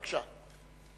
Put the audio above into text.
בבקשה.